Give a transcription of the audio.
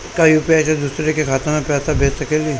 का यू.पी.आई से दूसरे के खाते में पैसा भेज सकी ले?